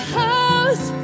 house